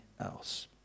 else